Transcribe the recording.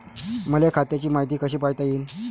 मले खात्याची मायती कशी पायता येईन?